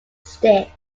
sticks